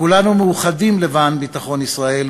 כולנו מאוחדים למען ביטחון ישראל,